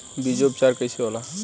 बीजो उपचार कईसे होला?